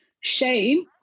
shame